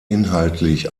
inhaltlich